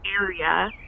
area